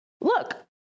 look